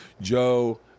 Joe